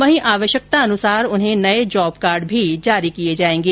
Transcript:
वहीं आवश्यकतानुसार उन्हें नए जॉबकार्ड भी जारी किए जायेंगे